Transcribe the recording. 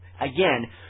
again